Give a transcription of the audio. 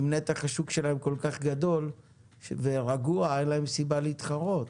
אם נתח השוק שלהם כל כך גדול ורגוע אין להם סיבה להתחרות.